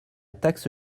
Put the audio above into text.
taxe